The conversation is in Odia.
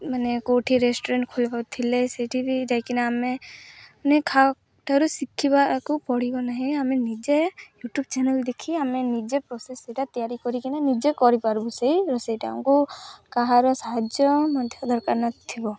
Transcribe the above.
ମାନେ କେଉଁଠି ରେଷ୍ଟୁରାଣ୍ଟ୍ ଖୋଲିବାକୁ ଥିଲେ ସେଇଠିବି ଯାଇକିନା ଆମେ ମାନେ କାହା ଠାରୁ ଶିଖିବାକୁ ପଡ଼ିବ ନାହିଁ ଆମେ ନିଜେ ୟୁଟ୍ୟୁବ୍ ଚ୍ୟାନେଲ୍ ଦେଖି ଆମେ ନିଜେ ପ୍ରୋସେସ୍ ସେଇଟା ତିଆରି କରିକିନା ନିଜେ କରିପାରିବୁ ସେଇ ରୋଷେଇଟା ଆମକୁ କାହାର ସାହାଯ୍ୟ ମଧ୍ୟ ଦରକାର ନଥିବ